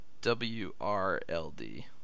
W-R-L-D